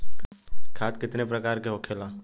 खाद कितने प्रकार के होखेला?